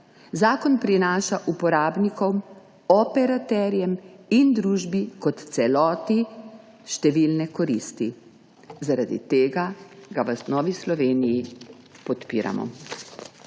Zakon prinaša uporabnikom, operaterjem in družbi kot celoti številne koristi, zaradi tega ga v Novi Sloveniji podpiramo.